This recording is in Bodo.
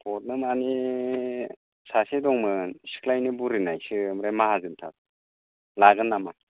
हरनो माने सासे दंमोन सिख्लायैनो बुरिनायसो ओमफ्राय माहाजोनथार लागोन नामा